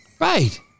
Right